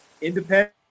independent